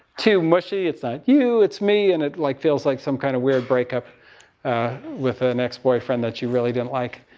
too mushy. it's not you, it's me. and it, like, feels like some kind of weird break up with ah an ex-boyfriend that you really didn't like.